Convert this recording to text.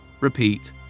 Repeat